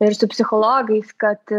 ir su psichologais kad